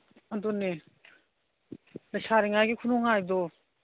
ꯑꯗꯨꯅꯦ ꯂꯩꯁꯥꯔꯤꯉꯥꯏꯒꯤ ꯈꯨꯅꯨꯡꯉꯥꯏꯗꯣ